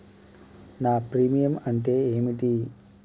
నా ప్రీమియం అంటే ఏమిటి?